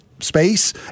space